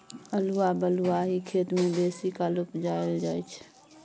अल्हुआ बलुआही खेत मे बेसीकाल उपजाएल जाइ छै